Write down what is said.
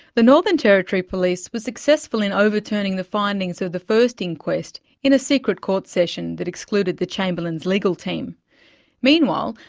the northern territory police were successful in overturning the findings of the first inquest in a secret court session that excluded the chamberlains' legal team meanwhile,